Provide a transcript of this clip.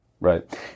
Right